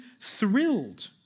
thrilled